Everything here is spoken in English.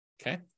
Okay